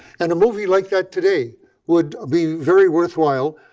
and a movie like that today would be very worthwhile.